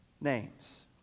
names